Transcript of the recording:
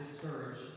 discouraged